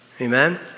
Amen